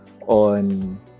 on